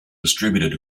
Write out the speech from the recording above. distributed